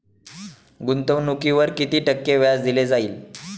गुंतवणुकीवर किती टक्के व्याज दिले जाईल?